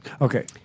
Okay